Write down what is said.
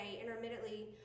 intermittently